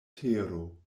tero